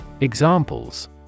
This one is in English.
Examples